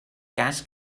gas